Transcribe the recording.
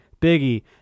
Biggie